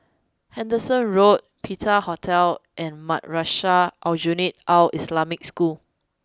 Henderson Road Penta Hotel and Madrasah Aljunied Al Islamic School